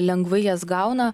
lengvai jas gauna